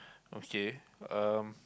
okay um